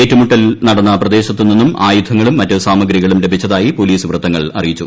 ഏറ്റുമുട്ടൽ നടന്ന പ്രദേശത്ത് നിന്നും ആയുധങ്ങളും മറ്റു സാമഗ്രികളും ലഭിച്ചതായി പൊലീസ് വൃത്തങ്ങൾ അറിയിച്ചു